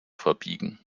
verbiegen